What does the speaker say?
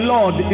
Lord